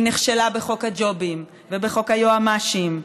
היא נכשלה בחוק הג'ובים ובחוק היועמ"שים,